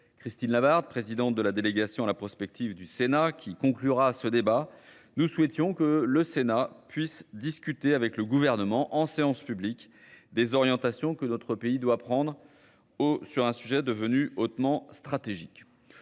Christine Labarde, présidente de la délégation à la prospective du Sénat, qui conclura ce débat, nous souhaitions que le Sénat puisse discuter avec le gouvernement en séance publique des orientations que notre pays doit prendre sur un sujet devenu hautement stratégique.